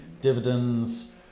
dividends